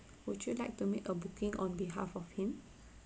would you like to make a booking on behalf of him